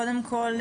קודם כול,